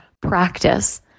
practice